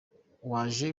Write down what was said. waje